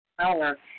power